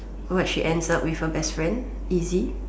what she ends up with her best friend easy